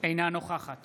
אינה נוכחת